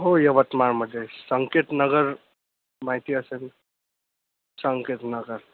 हो यवतमाळमध्ये संकेतनगर माहिती असेल संकेतनगर